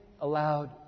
aloud